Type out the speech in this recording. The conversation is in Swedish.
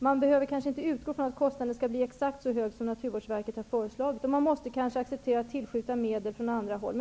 Man behöver kanske inte utgå från att kostnaden blir exakt så hög som Naturvårdsverket har angivit, och man måste måhända acceptera att tillskjuta medel från andra håll.